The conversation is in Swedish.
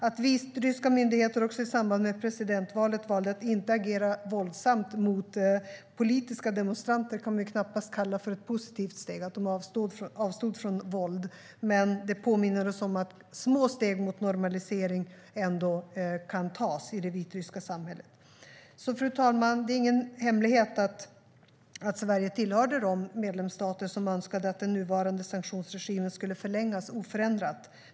Att vitryska myndigheter i samband med presidentvalet valde att inte agera våldsamt mot politiska demonstranter, att de avstod från våld, kan man knappast kalla ett positivt steg. Men det påminner oss om att små steg mot normalisering ändå kan tas i det vitryska samhället. Fru talman! Det är ingen hemlighet att Sverige tillhörde de medlemsstater som önskade att den nuvarande sanktionsregimen skulle förlängas oförändrat.